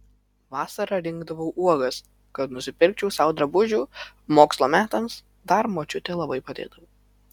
vasara rinkdavau uogas kad nusipirkčiau sau drabužių mokslo metams dar močiutė labai padėdavo